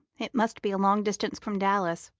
it must be a long-distance from dallas,